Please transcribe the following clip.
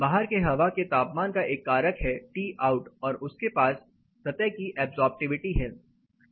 बाहर के हवा के तापमान का एक कारक है टी आउट और आपके पास सतह की ऐब्सॉर्प्टिविटी है